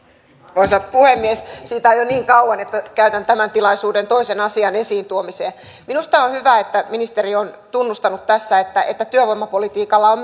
arvoisa puhemies siitä on jo niin kauan että käytän tämän tilaisuuden toisen asiaan esiin tuomiseen minusta on hyvä että ministeri on tunnustanut tässä että että työvoimapolitiikalla on